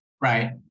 Right